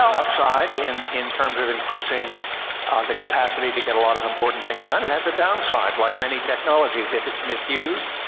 um in in terms of increasing the capacity to get a lot of important things done. and has a downside, like many technologies if it's misused,